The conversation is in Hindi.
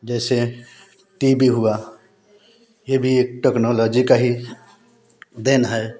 जैसे टी बी हुआ ये भी एक टेक्नौलौजी का ही देन है